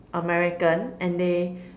american and they